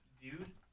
dude